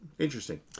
Interesting